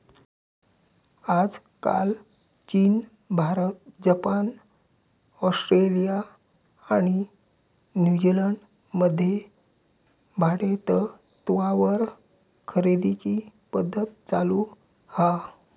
आजकाल चीन, Bharat, Japan, Australia आणि न्यूजीलंड मध्ये भाडेतत्त्वावर खरेदीची पध्दत चालु हा